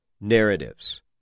narratives